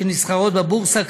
שנסחרות בבורסה,